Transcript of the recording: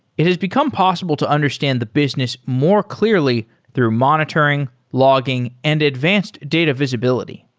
it has become possible to understand the business more clearly through monitoring, logging and advanced data visibility.